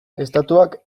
estatuak